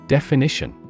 Definition